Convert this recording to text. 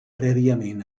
prèviament